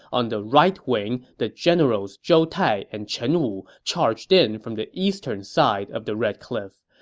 on the right wing, the generals zhou tai and chen wu charged in from the eastern side of the red cliffs.